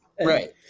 Right